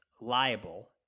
liable